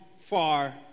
far